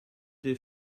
des